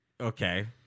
Okay